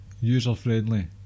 user-friendly